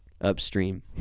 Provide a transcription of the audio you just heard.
upstream